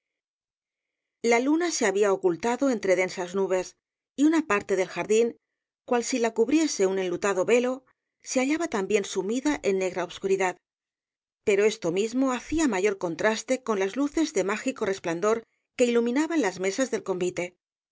la luna se había ocultado entre densas nubes y una parte del jardín cual si la cubriese un enlutado velo se hallaba también sumida en negra obscuridad pero esto mismo hacía mayor contraste con las luces d e m á g i c i resplandor que iluminaban las mesas del convite